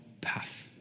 path